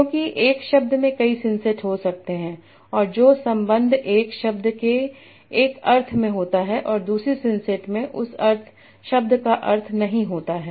क्योंकि एक शब्द में कई सिंसेट हो सकते हैं और जो संबंध 1 शब्द के एक अर्थ में होता है और दूसरी सिंसेट में उस शब्द का अर्थ नहीं होता है